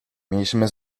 mieliśmy